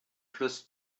fluss